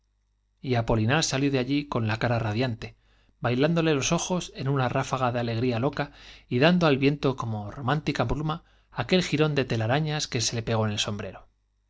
y apolinar salió de allí con la cara radiante bailán dole los ojos en una ráfaga de alegría loca y dando al viento como romántica pluma aquel jirón de telarañas que se pegó en el sombrero